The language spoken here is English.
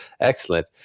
excellent